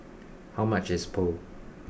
how much is Pho